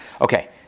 Okay